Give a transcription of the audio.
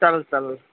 चालेल चालेल